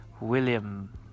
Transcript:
william